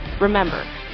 Remember